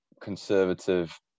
conservative